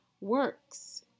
works